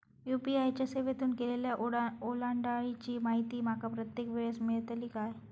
UPI च्या सेवेतून केलेल्या ओलांडाळीची माहिती माका प्रत्येक वेळेस मेलतळी काय?